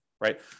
right